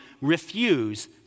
refuse